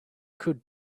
could